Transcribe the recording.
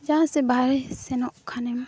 ᱡᱟᱦᱟᱸᱥᱮᱫ ᱵᱟᱭᱨᱮ ᱥᱮᱱᱚᱜ ᱠᱷᱟᱱᱮᱢ